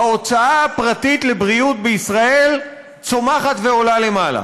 ההוצאה הפרטית על בריאות בישראל צומחת ועולה למעלה.